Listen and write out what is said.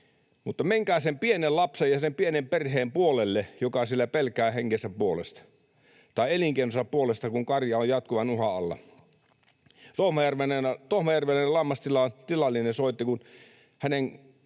mutta menkää sen pienen lapsen ja sen pienen perheen puolelle, joka siellä pelkää henkensä puolesta — tai elinkeinonsa puolesta, kun karja on jatkuvan uhan alla: tohmajärveläinen lammastilallinen soitti, kun hänen